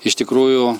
iš tikrųjų